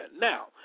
now